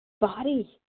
body